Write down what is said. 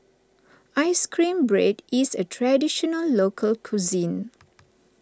Ice Cream Bread is a Traditional Local Cuisine